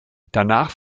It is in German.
danach